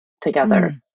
together